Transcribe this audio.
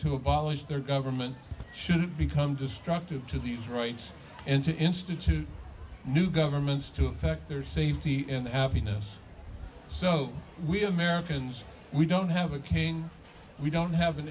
to abolish their government should it become destructive to these rights and to institute new governments to effect their safety in avenues so we have americans we don't have a king we don't have an